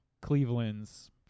Cleveland's